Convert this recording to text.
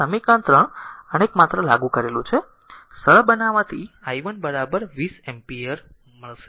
તેથી સમીકરણ 3 અને એક માત્ર લાગુ કરેલું છે સરળ બનાવવાથી i 1 20 એમ્પીયર મળશે